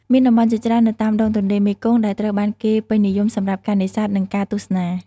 មានតំបន់ជាច្រើននៅតាមដងទន្លេមេគង្គដែលត្រូវបានគេពេញនិយមសម្រាប់ការនេសាទ និងការទស្សនា។